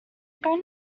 going